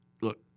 Look